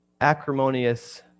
acrimonious